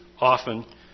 often